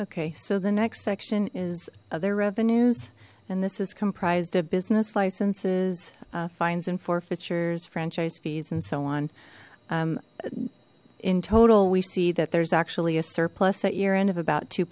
okay so the next section is other revenues and this is comprised of business licenses fines and forfeitures franchise fees and so on in total we see that there's actually a surplus at year end of about two